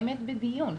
באמת לדיון.